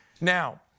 Now